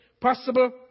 possible